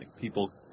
people